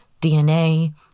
DNA